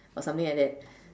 or something like that